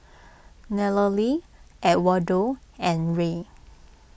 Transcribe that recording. Nallely Edwardo and Rey